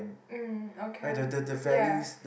um okay ya